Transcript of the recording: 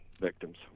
victims